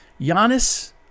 Giannis